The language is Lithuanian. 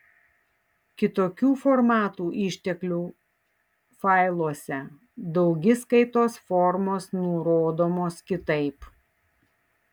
kitokių formatų išteklių failuose daugiskaitos formos nurodomos kitaip